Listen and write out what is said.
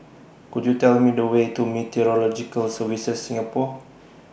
Could YOU Tell Me The Way to Meteorological Services Singapore